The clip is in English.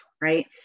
right